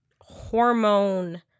hormone